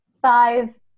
Five